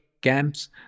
camps